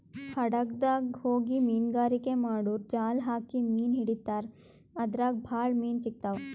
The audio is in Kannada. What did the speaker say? ಹಡಗ್ದಾಗ್ ಹೋಗಿ ಮೀನ್ಗಾರಿಕೆ ಮಾಡೂರು ಜಾಲ್ ಹಾಕಿ ಮೀನ್ ಹಿಡಿತಾರ್ ಅದ್ರಾಗ್ ಭಾಳ್ ಮೀನ್ ಸಿಗ್ತಾವ್